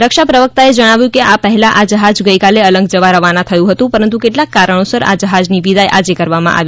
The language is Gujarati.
રક્ષા પ્રવક્તાએ જણાવ્યું કે આ પહેલાં આ જહાજ ગઈકાલે અલંગ જવા રવાના થવાનું હતું પરંતુ કેટલાંક કારણોસર આ જહાજની વિદાય આજે કરવામાં આવી